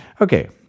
Okay